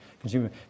consumer